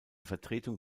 vertretung